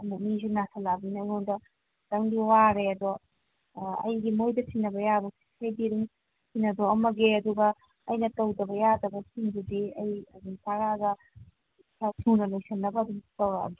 ꯑꯃꯨꯛ ꯃꯤꯁꯦ ꯅꯥꯁꯤꯜꯂꯛꯑꯕꯅꯤꯅ ꯑꯩꯉꯣꯟꯗ ꯈꯤꯇꯪꯗꯤ ꯋꯥꯔꯦ ꯑꯗꯣ ꯑꯩꯒꯤ ꯃꯣꯏꯗ ꯁꯤꯟꯅꯕ ꯌꯥꯕ ꯑꯗꯨꯝ ꯁꯤꯟꯅꯊꯣꯛꯑꯝꯃꯒꯦ ꯑꯗꯨꯒ ꯑꯩꯅ ꯇꯧꯗꯕ ꯌꯥꯗꯕꯁꯤꯡꯗꯨꯗꯤ ꯑꯩ ꯑꯗꯨꯝ ꯀꯥꯔꯛꯑꯒ ꯈꯔ ꯊꯨꯅ ꯂꯣꯏꯁꯤꯟꯅꯕ ꯑꯗꯨꯝ ꯇꯧꯔꯛꯑꯒꯦ